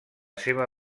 seva